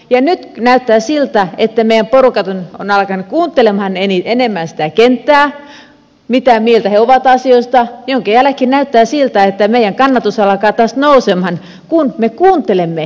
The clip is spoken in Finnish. nyt näyttää siltä että meidän porukat ovat alkaneet kuuntelemaan enemmän sitä kenttää mitä mieltä ollaan asioista minkä jälkeen näyttää siltä että meidän kannatus alkaa taas nousemaan kun me kuuntelemme kenttää